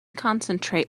concentrate